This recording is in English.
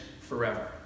forever